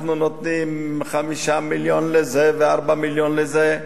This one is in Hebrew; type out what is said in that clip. אנחנו נותנים 5 מיליון לזה ו-4 מיליון לזה.